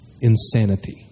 insanity